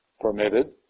permitted